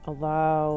Allow